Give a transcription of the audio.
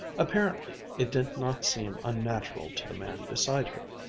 apparently it did not seem unnatural to the man beside her.